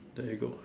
there you go